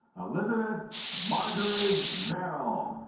elizabeth marjorie barrel